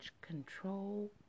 control